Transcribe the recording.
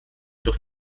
durch